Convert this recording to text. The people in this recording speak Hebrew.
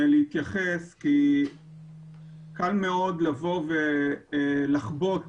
קל מאוד לבוא ולחבוט